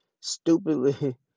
stupidly